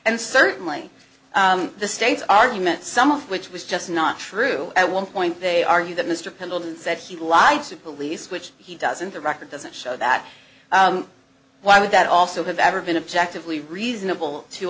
and certainly the state's argument some of which was just not true at one point they argue that mr pendleton said he lied to police which he does and the record doesn't show that why would that also have ever been objective lee reasonable to